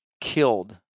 killed